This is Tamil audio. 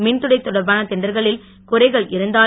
மின்துறை தொடர்பான டெண்டர்களில் குறைகள் இருந்தால்